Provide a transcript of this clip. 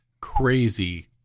crazy